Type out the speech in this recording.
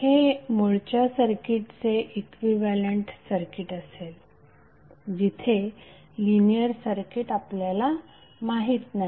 हे मूळच्या सर्किटचे इक्विव्हॅलंट सर्किट असेल जिथे लिनियर सर्किट आपल्याला माहीत नाही